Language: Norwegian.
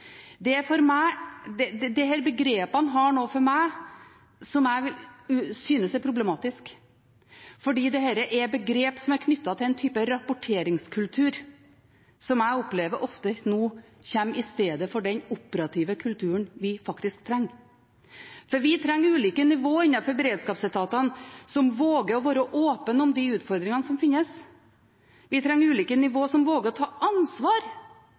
for meg noe ved seg som jeg synes er problematisk, fordi det er begrep som er knyttet til en type rapporteringskultur som jeg nå opplever at ofte kommer i stedet for den operative kulturen vi faktisk trenger. For vi trenger ulike nivå innenfor beredskapsetatene som våger å være åpne om de utfordringene som finnes. Vi trenger ulike nivå som våger å ta ansvar